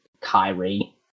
Kyrie